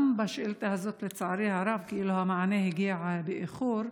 גם בשאילתה הזאת, לצערי הרב, המענה הגיע באיחור.